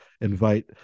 invite